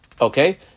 Okay